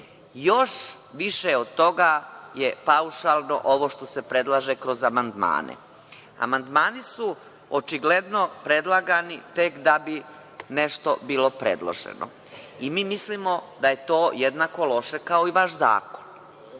više od toga je paušalno ovo što se predlaže kroz amandmane. Amandmani su očigledno predlagani, tek da bi nešto bilo predloženo i mi mislimo da je to jednako loše, kao i vaš